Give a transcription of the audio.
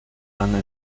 han